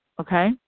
okay